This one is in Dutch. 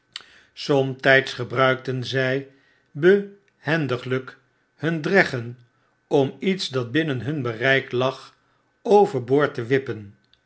somtyds gebruikten zij behendiglp hun dreggen om iets dat binnen hun bereik lag over boord te wippen